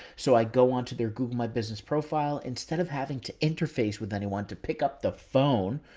so i go onto their google my business profile instead of having to interface with anyone to pick up the phone.